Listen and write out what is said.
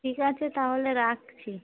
ঠিক আছে তাহলে রাখছি